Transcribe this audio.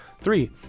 Three